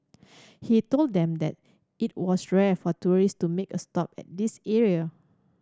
he told them that it was rare for tourist to make a stop at this area